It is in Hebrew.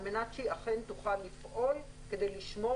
על מנת שהיא אכן תוכל לפעול כדי לשמור